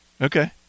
Okay